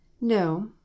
no